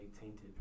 tainted